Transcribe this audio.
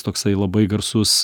toksai labai garsus